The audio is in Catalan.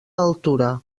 altura